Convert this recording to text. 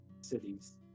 cities